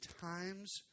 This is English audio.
times